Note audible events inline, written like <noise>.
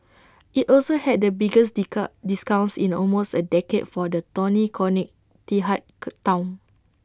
IT also had the biggest <unintelligible> discounts in almost A decade for the tony <unintelligible> Town